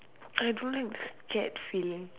I don't like scared feeling